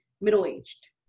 middle-aged